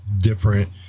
different